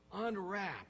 unwrap